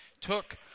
took